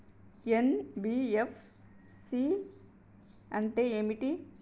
NBFC అంటే ఏమిటి?